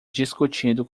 discutindo